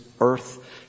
earth